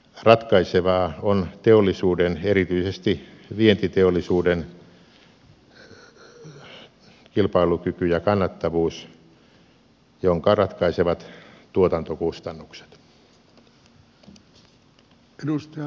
ratkaisevaa on teollisuuden erityisesti vientiteollisuuden kilpailukyky ja kannattavuus jonka ratkaisevat tuotantokustannukset